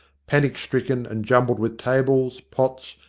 panic stricken and jumbled with tables, pots,